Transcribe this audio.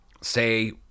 say